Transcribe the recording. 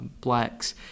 blacks